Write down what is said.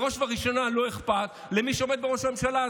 בראש ובראשונה, לא אכפת למי שעומד בראש הממשלה.